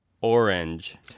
Orange